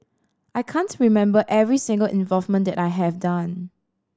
I can't remember every single involvement that I have done